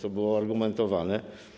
To było argumentowane.